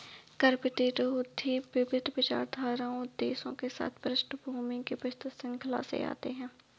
कर प्रतिरोधी विविध विचारधाराओं उद्देश्यों के साथ पृष्ठभूमि की विस्तृत श्रृंखला से आते है